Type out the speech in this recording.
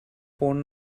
phone